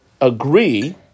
agree